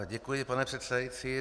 Děkuji, pane předsedající.